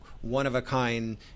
one-of-a-kind